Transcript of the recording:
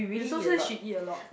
you also say she eat a lot